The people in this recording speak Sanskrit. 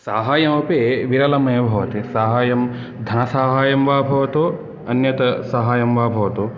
साहाय्यमपि विरलमेव भवति साहाय्यं धनसाहाय्यं वा भवतु अन्यत् साहाय्यं वा भवतु